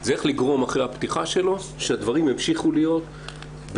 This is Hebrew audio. זה איך לגרום אחרי הפתיחה שלו שהדברים ימשיכו להיות ברצף,